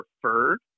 preferred